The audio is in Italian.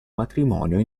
matrimonio